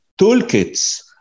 toolkits